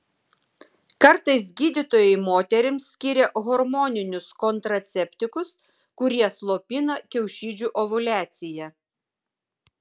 kartais gydytojai moterims skiria hormoninius kontraceptikus kurie slopina kiaušidžių ovuliaciją